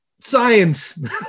Science